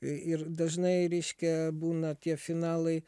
ir dažnai reiškia būna tie finalai